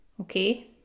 Okay